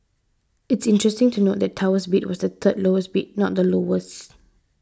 it's interesting to note that Tower's bid was the third lowest bid not the lowest